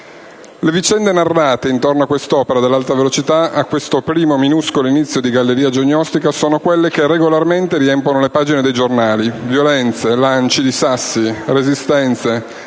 Le vicende narrate intorno a quest'opera dell'alta velocità, a questo primo minuscolo inizio di galleria geognostica, sono quelle che regolarmente riempiono le pagine dei giornali: violenze, lanci di sassi, resistenze...